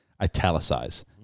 italicize